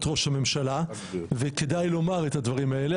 ראש הממשלה וכדאי לומר את הדברים האלה.